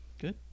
Good